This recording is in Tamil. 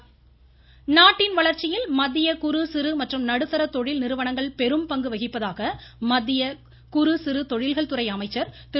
நிதின் கட்கரி நாட்டின் வளர்ச்சியில் மத்திய குறு சிறு மற்றும் நடுத்தர தொழில் நிறுவனங்கள் பெரும் பங்கு வகிப்பதாக மத்திய குறு சிறு தொழில்கள் துறை அமைச்சர் திரு